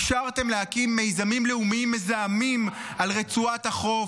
אישרתם להקים מיזמים לאומיים מזהמים על רצועת החוף,